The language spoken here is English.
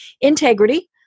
integrity